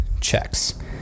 checks